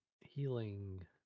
healing